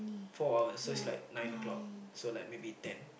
four hours so it's like nine o-clock so like maybe ten